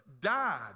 died